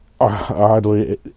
oddly